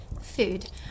food